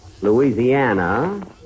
Louisiana